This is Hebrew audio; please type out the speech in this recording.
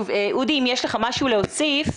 אודי, אם יש לך משהו להוסיף,